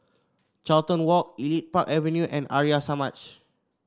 Carlton Walk Elite Park Avenue and Arya Samaj